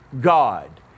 God